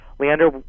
Leander